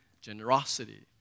generosity